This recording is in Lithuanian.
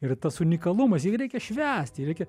ir tas unikalumas jį gi reikia švęst jį reikia